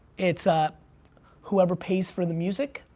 it's, ah whoever pays for the music,